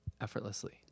effortlessly